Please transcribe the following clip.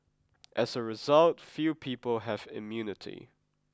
as a result few people have immunity